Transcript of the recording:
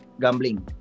gambling